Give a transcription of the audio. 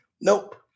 Nope